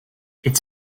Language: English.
its